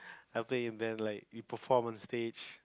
I'll play with them like we perform on stage